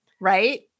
right